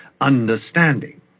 understanding